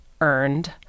earned